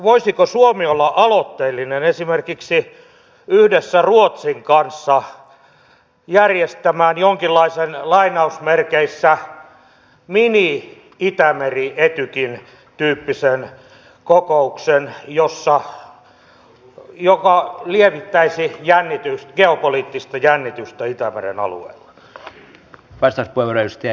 voisiko suomi olla aloitteellinen esimerkiksi yhdessä ruotsin kanssa järjestämään jonkinlaisen mini itämeri etykin tyyppisen kokouksen joka lievittäisi geopoliittista jännitystä itämeren alueella